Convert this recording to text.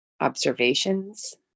observations